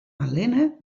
allinne